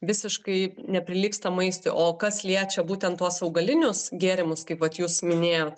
visiškai neprilygsta maistui o kas liečia būtent tuos augalinius gėrimus kaip jūs minėjot